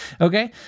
Okay